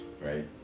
right